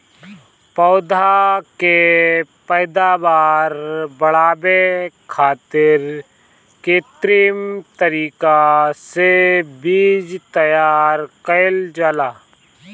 पौधा के पैदावार बढ़ावे खातिर कित्रिम तरीका से बीज तैयार कईल जाला